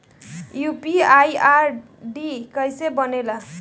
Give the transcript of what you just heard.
UPI ID कैसे बनेला?